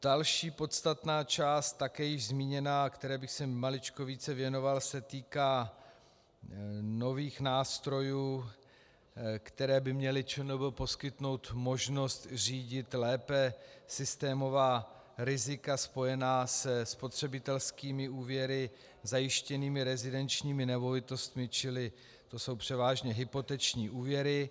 Další podstatná část, také již zmíněná, a které bych se maličko více věnoval, se týká nových nástrojů, které by měly ČNB poskytnout možnost lépe řídit systémová rizika spojená se spotřebitelskými úvěry zajištěnými rezidenčními nemovitostmi, čili to jsou převážně hypoteční úvěry.